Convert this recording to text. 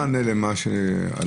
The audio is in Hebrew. אז אין מענה למה שעל המרפסת.